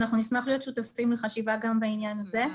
אנחנו נשמח להיות שותפים לחשיבה גם בעניין הזה.